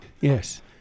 Yes